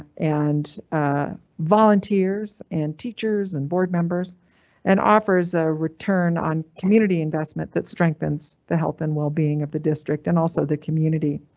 and ah volunteers and teachers and board members and offers a return on community investment that strengthens the health and well being of the district and also the community.